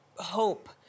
Hope